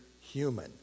human